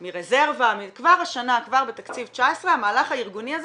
כבר בתקציב 2019, המהלך הארגוני הזה.